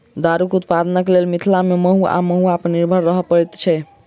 दारूक उत्पादनक लेल मिथिला मे महु वा महुआ पर निर्भर रहय पड़ैत छै